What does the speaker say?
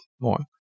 more